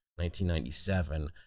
1997